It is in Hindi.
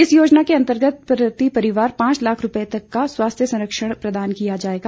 इस योजना के अंतर्गत प्रति परिवार पांच लाख रूपये तक का स्वास्थ्य संरक्षण प्रदान किया जाएगा